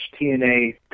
TNA